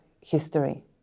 history